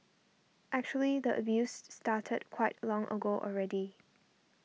actually the abused started quite long ago already